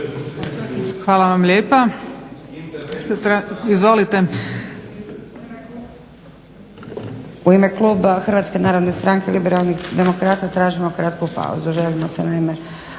Hvala vam lijepa. Kolegice